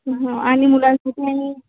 आणि मुलाचं तू